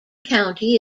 county